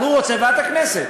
אבל הוא רוצה ועדת הכנסת,